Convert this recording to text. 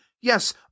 yes